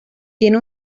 tiene